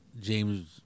James